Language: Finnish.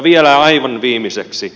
vielä aivan viimeiseksi